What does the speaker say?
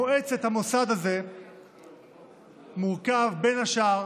מועצת המוסד הזה מורכבת בין השאר